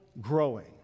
growing